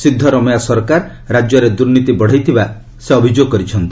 ସିଦ୍ଧରମୟା ସରକାର ରାଜ୍ୟରେ ଦୁର୍ନୀତି ବଢ଼େଇଥିବା ସେ ଅଭିଯୋଗ କରିଛନ୍ତି